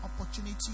opportunity